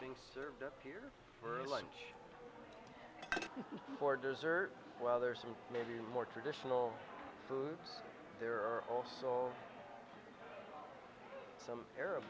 being served up here for a lunch for dessert while there are some maybe more traditional foods there are also some arab